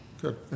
Good